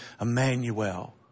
Emmanuel